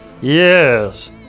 Yes